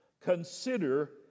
Consider